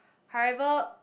however